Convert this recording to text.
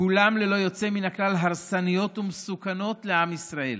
כולן ללא יוצא מן הכלל הרסניות ומסוכנות לעם ישראל.